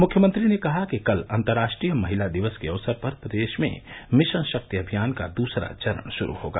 मुख्यमंत्री ने कहा कि कल अन्तर्राष्ट्रीय महिला दिवस के अवसर पर प्रदेश में मिशन शक्ति अभियान का दूसरा चरण शुरू होगा